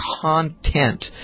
content